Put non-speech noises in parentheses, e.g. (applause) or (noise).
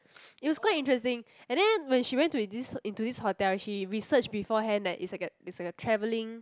(noise) it was quite interesting and then when she went into this into this hotel she researched beforehand that it's like a it's like a travelling